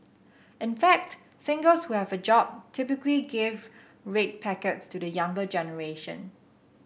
in fact singles who have a job typically give red packets to the younger generation